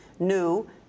new